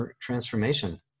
transformation